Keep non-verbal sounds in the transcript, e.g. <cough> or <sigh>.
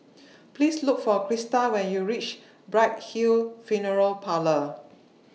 <noise> Please Look For Crista when YOU REACH Bright Hill Funeral Parlour <noise>